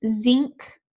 zinc